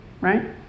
Right